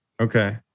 Okay